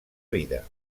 vida